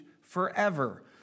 forever